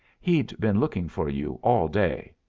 he'd been looking for you all day.